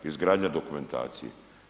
Izgradnja dokumentacije.